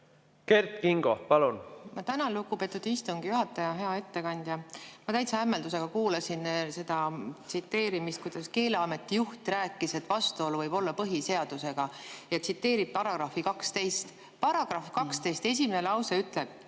Kert Kingo, palun! Ma tänan, lugupeetud istungi juhataja! Hea ettekandja! Ma täitsa hämmeldusega kuulasin seda tsiteerimist, kuidas Keeleameti juht rääkis, et vastuolu võib olla põhiseadusega, ja tsiteerib paragrahvi 12. Paragrahvi 12 esimene lause ütleb: